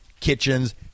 Kitchens